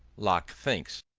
locke thinks,